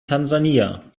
tansania